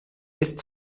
ist